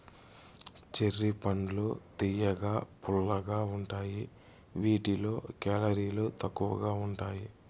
cherry పండ్లు తియ్యగా, పుల్లగా ఉంటాయి వీటిలో కేలరీలు తక్కువగా ఉంటాయి